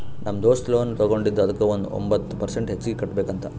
ನಮ್ ದೋಸ್ತ ಲೋನ್ ತಗೊಂಡಿದ ಅದುಕ್ಕ ಒಂಬತ್ ಪರ್ಸೆಂಟ್ ಹೆಚ್ಚಿಗ್ ಕಟ್ಬೇಕ್ ಅಂತ್